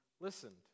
listened